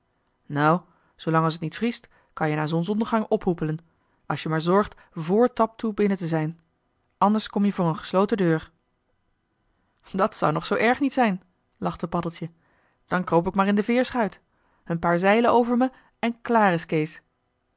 nou zoolang als t niet vriest kan-je na zons-ondergang ophoepelen als je maar zorgt vr taptoe binnen te zijn anders kom-je voor een gesloten deur dat zou nog zoo erg niet zijn lachte paddeltje dan kroop ik maar in de veerschuit een paar zeilen over me en klaar is kees